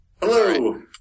Hello